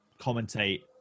commentate